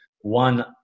one